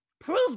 Prove